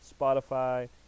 Spotify